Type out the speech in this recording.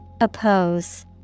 Oppose